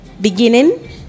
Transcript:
beginning